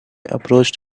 approached